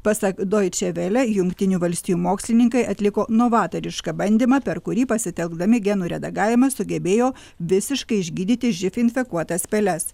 pasak doič vele jungtinių valstijų mokslininkai atliko novatarišką bandymą per kurį pasitelkdami genų redagavimą sugebėjo visiškai išgydyti živ infekuotas peles